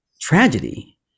tragedy